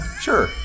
Sure